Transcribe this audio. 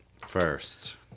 first